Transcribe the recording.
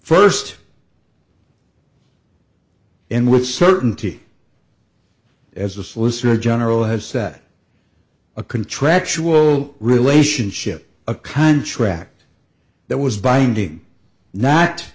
first and with certainty as a solicitor general has set a contractual relationship a contract that was binding not